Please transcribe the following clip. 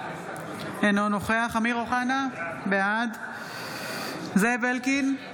אינו נוכח אמיר אוחנה, בעד זאב אלקין,